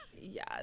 yes